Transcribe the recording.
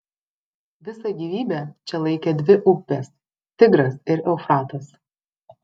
visą gyvybę čia laikė dvi upės tigras ir eufratas